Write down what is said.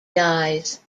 dies